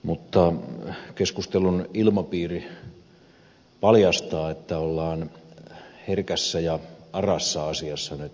mutta keskustelun ilmapiiri paljastaa että ollaan herkän ja aran asian kanssa tekemisissä